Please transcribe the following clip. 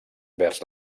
vers